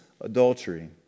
adultery